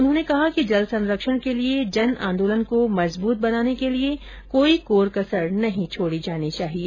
उन्होंने कहा कि जल संरक्षण के लिए जन आंदोलन को मजबूत बनाने के लिए कोई कोर कसर नहीं छोड़ी जानी चाहिए